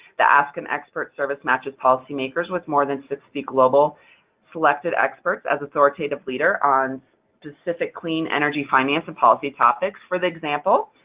the ask an expert service matches policymakers with more than sixty global selected experts, as authoritative leader on specific clean energy finance and policy topics. for the example,